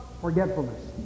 forgetfulness